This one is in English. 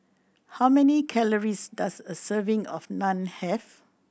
how many calories does a serving of Naan have